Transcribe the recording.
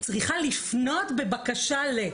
צריכה לפנות בבקשה ל...